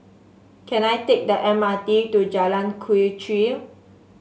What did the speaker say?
can I take the M R T to Jalan Quee Chew